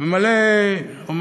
שממלא אותי,